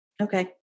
Okay